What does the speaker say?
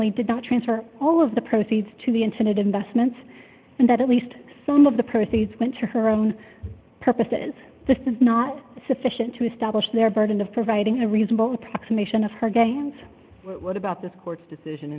only did not transfer all of the proceeds to the internet investments and that at least some of the proceeds went to her own purposes this is not sufficient to establish their burden of providing a reasonable approximation of her gams what about this court's decision